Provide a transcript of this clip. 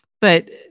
But-